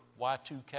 Y2K